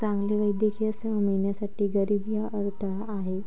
चांगली वैद्यकीय सेवा मिळण्यासाठी गरीबी हा अडथळा आहे